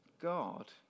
God